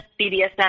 BDSM